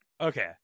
Okay